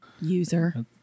User